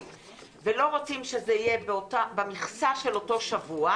ולא רוצים שזה יהיה במכסה של אותו שבוע,